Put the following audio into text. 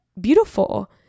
beautiful